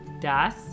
Das